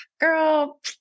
girl